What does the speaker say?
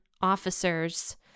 officers